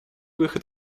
выход